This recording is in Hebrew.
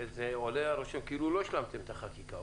עולה הרושם כאילו לא השלמתם את החקיקה,